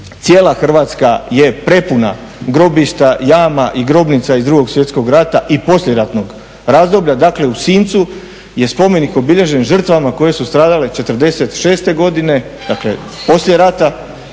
cijela Hrvatska je prepuna grobljišta, jama i grobnica iz II. Svjetskog rata i poslijeratnog razdoblja, dakle u Sincu je spomenik obilježen žrtvama koje su stradale '46. godine, dakle poslije rata